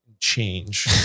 change